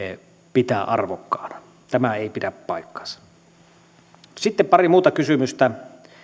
pitää arvokkaana tämä ei pidä paikkaansa sitten pari muuta kysymystä